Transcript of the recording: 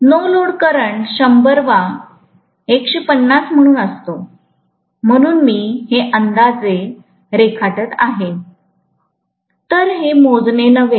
no load current 100 वा 150 म्हणून असतो म्हणून मी हे अंदाजे रेखाटत आहे तर हे मोजणे नव्हे